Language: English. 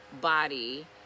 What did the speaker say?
body